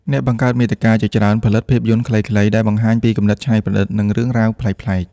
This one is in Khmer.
អ្នកបង្កើតមាតិកាជាច្រើនផលិតភាពយន្តខ្លីៗដែលបង្ហាញពីគំនិតច្នៃប្រឌិត និងរឿងរ៉ាវប្លែកៗ។